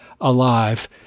alive